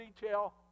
detail